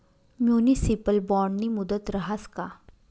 Municipal बॉन्डनी मुदत रहास का?